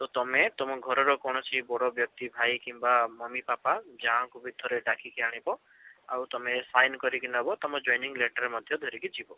ତ ତମେ ତମ ଘରର କୌଣସି ବଡ଼ ବ୍ୟକ୍ତି ଭାଇ କିମ୍ବା ମମି ପାପା ଯାହାଙ୍କୁ ବି ଥରେ ଡାକିକି ଆଣିବ ଆଉ ତମେ ସାଇନ୍ କରିକି ନେବ ତମ ଜଏନିଂ ଲେଟର ମଧ୍ୟ ଧରିକି ଯିବ